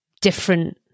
different